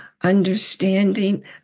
understanding